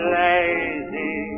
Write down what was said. lazy